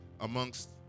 amongst